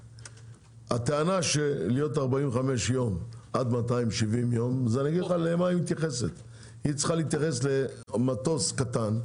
הטענה של שהייה של 45 יום עד 270 יום צריכה להתייחס למטוס קטן,